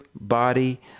body